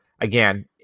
again